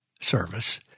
service